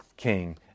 King